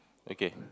okay